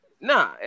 Nah